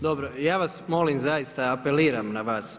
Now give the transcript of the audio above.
Dobro, ja vas molim zaista, apeliram na vas.